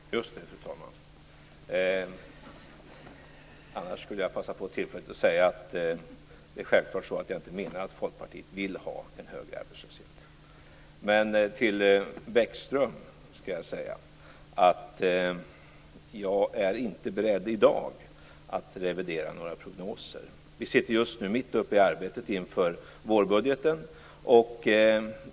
Fru talman! Just det. Annars skulle jag ha passat på tillfället att säga att jag självfallet inte menar att Folkpartiet vill ha en högre arbetslöshet. Men till Bäckström skall jag säga att jag inte i dag är beredd att revidera några prognoser. Vi är just nu mitt uppe i arbetet inför vårbudgeten.